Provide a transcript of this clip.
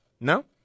no